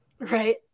Right